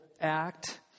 act